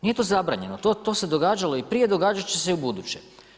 Nije to zabranjeno, to se događalo prije, događat će se i ubuduće.